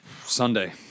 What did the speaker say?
Sunday